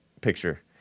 picture